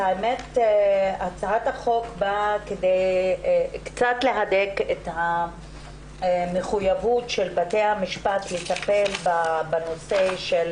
הצעת החוק באה להדק את המחויבות של בתי המשפט לטפל בנושא של